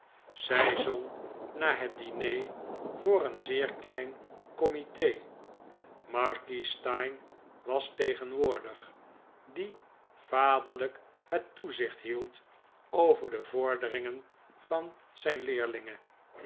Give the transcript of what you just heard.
zij zong na het diner voor een zeer klein comite markies steyne was tegenwoordig die vaderlijk het toezicht hield over de vorderingen van zijn leerlinge